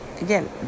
Again